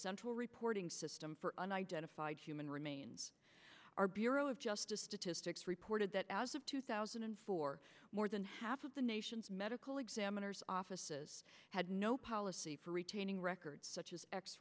central reporting system for unidentified human remains our bureau of justice statistics reported that as of two thousand and four more than half of the nation's medical examiners offices had no policy for retaining records such as x